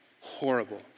horrible